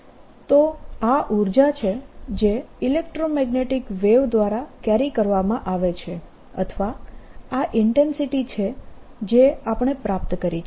u100120E021200E02 તો આ ઊર્જા છે જે ઇલેક્ટ્રોમેગ્નેટીક વેવ દ્વારા કેરી કરવામાં આવે છે અથવા આ ઇન્ટેન્સિટી છે જે આપણે પ્રાપ્ત કરી છે